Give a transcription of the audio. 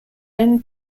own